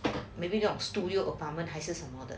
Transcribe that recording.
maybe not studio apartment 还是什么的